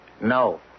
No